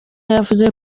yavuze